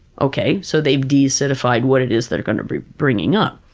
okay, so they've deacidified what it is they're going to be brining up,